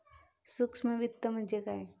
सूक्ष्म वित्त म्हणजे काय?